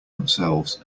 themselves